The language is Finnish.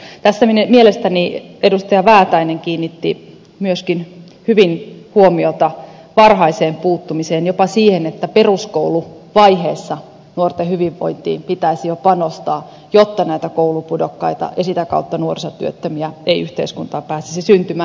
tässä mielestäni edustaja tuula väätäinen kiinnitti myöskin hyvin huomiota varhaiseen puuttumiseen jopa siihen että peruskouluvaiheessa nuorten hyvinvointiin pitäisi jo panostaa jotta näitä koulupudokkaita ja sitä kautta nuorisotyöttömiä ei yhteiskuntaan pääsisi syntymään